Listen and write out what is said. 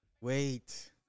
Wait